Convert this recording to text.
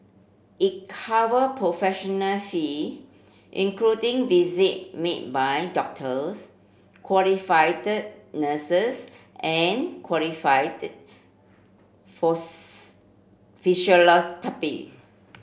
it cover professional fee including visit made by doctors qualified nurses and qualified